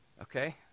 Okay